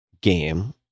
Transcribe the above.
game